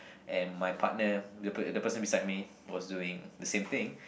and my partner the per~ the person beside me was doing the same thing